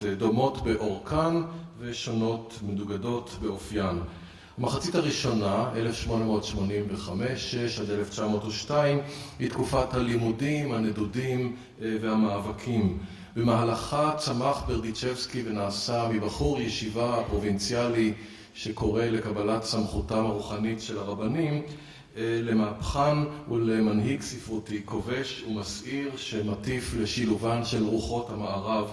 דומות באורכן, ושונות מנוגדות באופיין. המחצית הראשונה, 1885-1902, היא תקופת הלימודים, הנדודים והמאבקים. במהלכה צמח ברדיצ'בסקי ונעשה מבחור ישיבה פרובינציאלי שקורא לקבלת סמכותם הרוחנית של הרבנים, למהפכן ולמנהיג ספרותי כובש ומסעיר שמטיף לשילובן של רוחות המערב